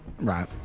right